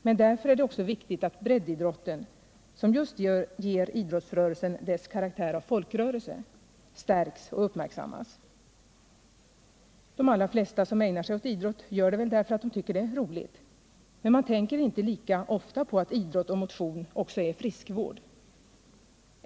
Men därför är det också viktigt att breddidrotten — som just ger idrottsrörelsen dess karaktär av folkrörelse — stärks och uppmärksammas. De allra flesta som ägnar sig åt idrott gör det därför att de tycker det är roligt. Men man tänker kanske inte lika ofta på att idrott och motion också är friskvård.